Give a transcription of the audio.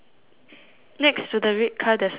next to the red car there's a sign lah